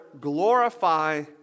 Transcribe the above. glorify